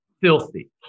filthy